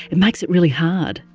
it makes it really hard.